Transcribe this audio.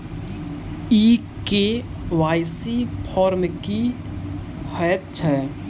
ई KYC form की हएत छै?